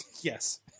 Yes